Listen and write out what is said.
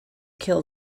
kill